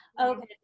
Okay